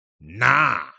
Nah